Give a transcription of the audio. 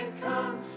come